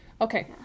Okay